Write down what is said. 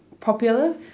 popular